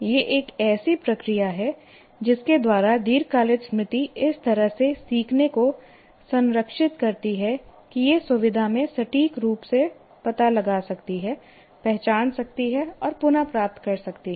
यह एक ऐसी प्रक्रिया है जिसके द्वारा दीर्घकालिक स्मृति इस तरह से सीखने को संरक्षित करती है कि यह सुविधा में सटीक रूप से पता लगा सकती है पहचान सकती है और पुनः प्राप्त कर सकती है